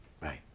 Right